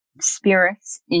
spirits